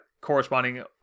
corresponding